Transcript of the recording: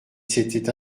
s’était